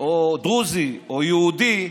או דרוזי או יהודי,